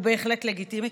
הוא בהחלט לגיטימי.